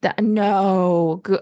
No